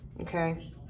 Okay